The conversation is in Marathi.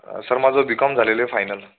सर माझं बी कॉम झालेलं आहे फायनल